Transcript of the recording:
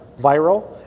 viral